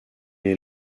est